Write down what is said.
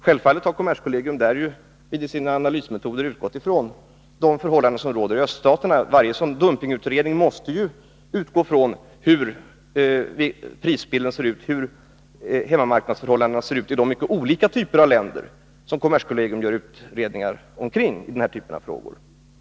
Självfallet har kommerskollegium i sina analysmetoder utgått från de förhållanden som råder i öststaterna. Varje sådan här dumpningsutredning måste ju utgå från hur prisbilden och hemmamarknadsförhållandena ser ut i de mycket olika typer av länder som är aktuella för utredning från kommerskollegiums sida.